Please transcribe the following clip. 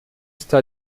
está